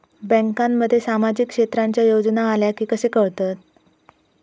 बँकांमध्ये सामाजिक क्षेत्रांच्या योजना आल्या की कसे कळतत?